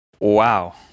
Wow